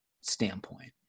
standpoint